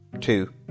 two